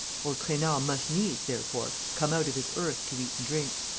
old trainard must needs, therefore, come out of his earth to eat and drink.